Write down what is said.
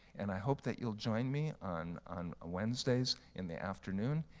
and i hope that you'll join me on on ah wednesdays in the afternoon,